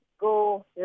go